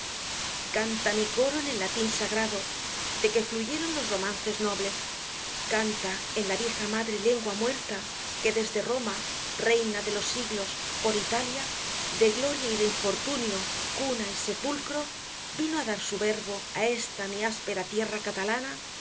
canta mi coro en el latín sagrado de que fluyeron los romances nobles canta en la vieja madre lengua muerta que desde roma reina de los siglos por italia de gloria y de infortunio cuna y sepulcro vino á dar su verbo á esta mi áspera tierra catalana